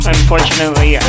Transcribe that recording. Unfortunately